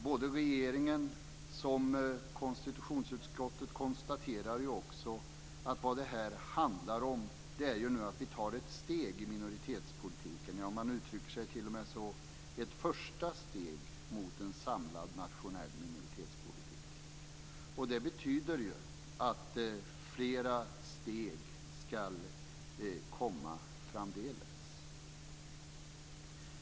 Såväl regeringen som konstitutionsutskottet konstaterar ju också att det handlar om att vi tar ett steg i minoritetspolitiken. Man använder t.o.m. uttrycket ett första steg mot en samlad nationell minoritetspolitik. Det betyder att fler steg ska komma framdeles.